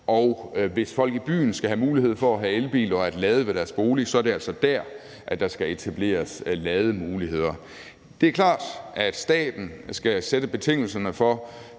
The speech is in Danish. Og hvis folk i byen skal have mulighed for at have elbiler og lade ved deres bolig, er det altså dér, der skal etableres lademuligheder. Det er klart, at staten skal sætte betingelserne for,